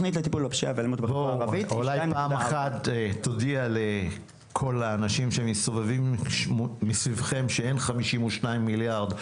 אולי פעם אחת תודיע לכל האנשים שמסתובבים סביבכם שאין 52 מיליארד?